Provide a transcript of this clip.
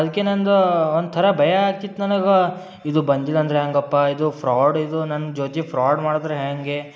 ಅದಕ್ಕೆ ನನ್ನದು ಒಂಥರ ಭಯ ಆಗಿತ್ ನನಗೆ ಇದು ಬಂದಿಲ್ಲಂದರೆ ಹೇಗಪ್ಪ ಇದು ಫ್ರಾಡ್ ಇದು ನನ್ನ ಜೊತೆ ಫ್ರಾಡ್ ಮಾಡಿದ್ರೆ ಹೇಗೆ